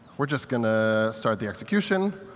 we're just going to start the execution.